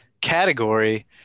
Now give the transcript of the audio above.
category